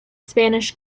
spanish